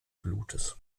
blutes